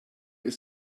ist